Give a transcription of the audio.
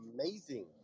amazing